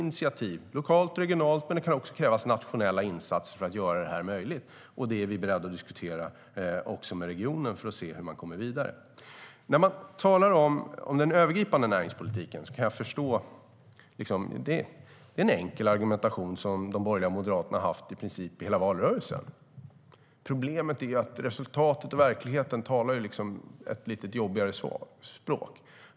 Det krävs lokala och regionala initiativ, men det kan också krävas nationella insatser för att göra den möjlig. Vi är beredda att diskutera med regionerna för att se hur man ska komma vidare. När man talar om den övergripande näringspolitiken har de borgerliga och Moderaterna haft en enkel argumentation i princip under hela valrörelsen. Problemet är att resultatet och verkligheten talar ett lite jobbigare språk.